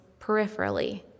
peripherally